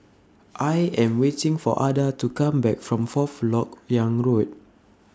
I Am waiting For Ada to Come Back from Fourth Lok Yang Road